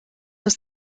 was